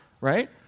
right